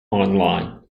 online